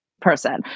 person